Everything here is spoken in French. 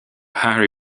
harry